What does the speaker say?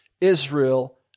Israel